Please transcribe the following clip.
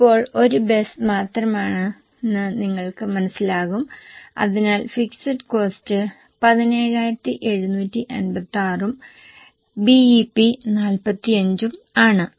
ഇപ്പോൾ ഒരു ബസ് മാത്രമാണെന്ന് നിങ്ങൾക്ക് മനസ്സിലാകും അതിനാൽ ഫിക്സഡ് കോസ്റ്റ് 17756 ഉം BEP 45 ഉം ആണ്